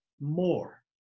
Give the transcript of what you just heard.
more